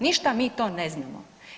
Ništa mi to ne znamo.